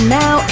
now